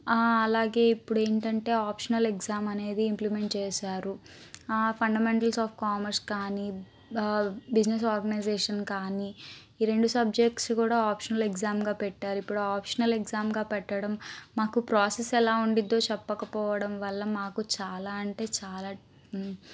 అలాగే ఇప్పుడు ఏంటంటే ఆప్షనల్ ఎగ్సామ్ అనేది ఇంప్లిమెంట్ చేసారు ఫండమెంటల్స్ ఆఫ్ కామర్స్ కానీ బిజినెస్ ఆర్గనైజేషన్ కానీ ఈ రెండు సబ్జెక్ట్స్ కూడా ఆప్షనల్ ఎగ్సామ్గా పెట్టారు ఇప్పుడు ఆప్షనల్ ఎగ్సామ్గా పెట్టడం మాకు ప్రాసెస్ ఎలా ఉంటుందో చెప్పకపోవడం వల్ల మాకు చాలా అంటే చాలా